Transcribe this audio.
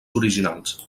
originals